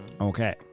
Okay